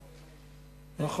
נכון.